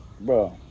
Bro